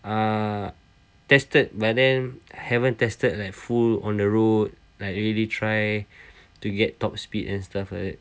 uh tested but then haven't tested like full on the road like really try to get top speed and stuff like that